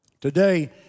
Today